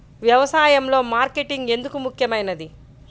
వ్యసాయంలో మార్కెటింగ్ ఎందుకు ముఖ్యమైనది?